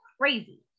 crazy